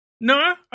No